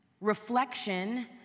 Reflection